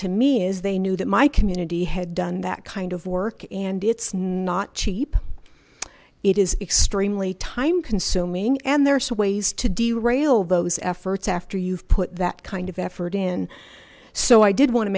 to me is they knew that my community had done that kind of work and it's not cheap it is extremely time consuming and there are still ways to do rail those efforts after you've put that kind of effort in so i did want to